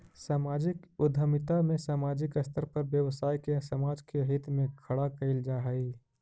सामाजिक उद्यमिता में सामाजिक स्तर पर व्यवसाय के समाज के हित में खड़ा कईल जा हई